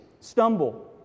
stumble